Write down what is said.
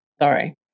sorry